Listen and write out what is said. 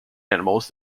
animals